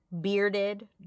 bearded